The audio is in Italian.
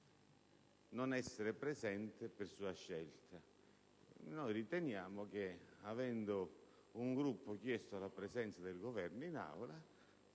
non essere presente per sua scelta: noi riteniamo che, avendo un Gruppo chiesto la presenza del Governo in Aula,